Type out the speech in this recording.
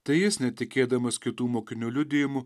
tai jis netikėdamas kitų mokinių liudijimu